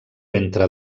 entre